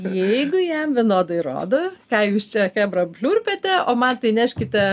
jeigu jam vienodai rodo ką jūs čia chebra pliurpiate o man tai neškite